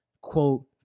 quote